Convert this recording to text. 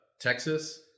Texas